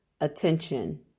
attention